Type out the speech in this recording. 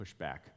pushback